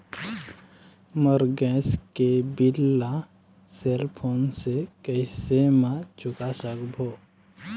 मोर gas के bill ला cell phone से कैसे म चुका सकबो?